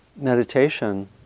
meditation